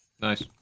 Nice